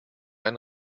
ein